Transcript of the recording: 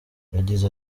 yagize